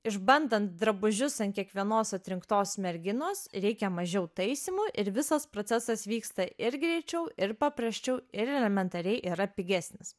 išbandant drabužius ant kiekvienos atrinktos merginos reikia mažiau taisymų ir visas procesas vyksta ir greičiau ir paprasčiau ir elementariai yra pigesnis